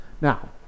Now